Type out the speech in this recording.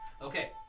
Okay